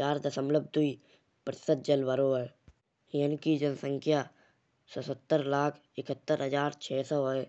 चार दशमलव दुई प्रतिशत जल भरो है। यहां की जनसंख्या सत्ततर लाख इकहत्तर हजार छः सौ है।